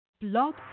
Blog